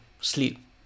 sleep